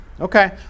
Okay